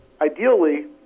ideally